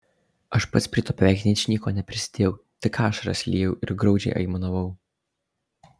aš pats prie to beveik ničnieko neprisidėjau tik ašaras liejau ir graudžiai aimanavau